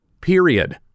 Period